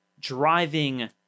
driving